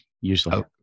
usually